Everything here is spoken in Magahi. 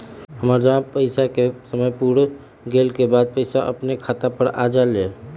हमर जमा पैसा के समय पुर गेल के बाद पैसा अपने खाता पर आ जाले?